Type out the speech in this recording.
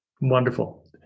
Wonderful